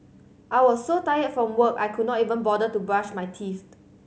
I was so tired from work I could not even bother to brush my teeth